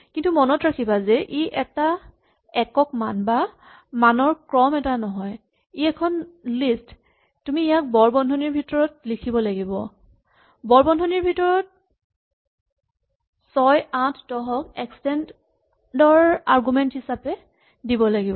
কিন্তু মনত ৰাখিবা যে ই এটা একক মান বা মানৰ ক্ৰম এটা নহয় ই এখন লিষ্ট তুমি ইয়াক বৰ বন্ধনীৰ ভিতৰত লিখিব লাগিব বৰ বন্ধনীৰ ভিতৰত ৬ ৮ ১০ ক এক্সটেন্ড ৰ আৰগুমেন্ট হিচাপে দিব লাগিব